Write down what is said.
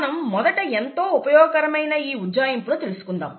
మనం మొదట ఎంతో ఉపయోగకరమైన ఈ ఉజ్జాయింపును తెలుసుకుందాం